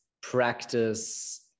practice